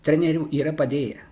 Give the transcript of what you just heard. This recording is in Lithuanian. trenerių yra padėję